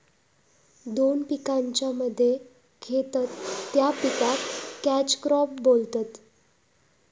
दोन पिकांच्या मध्ये घेतत त्या पिकाक कॅच क्रॉप बोलतत